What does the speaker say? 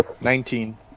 Nineteen